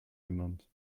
genannt